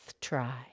try